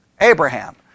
Abraham